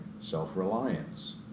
self-reliance